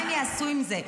מה הם יעשו עם זה?